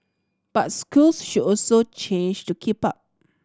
but schools should also change to keep up